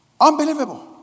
Unbelievable